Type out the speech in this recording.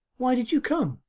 why did you come?